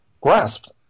grasped